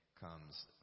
comes